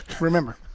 remember